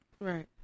Right